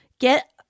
get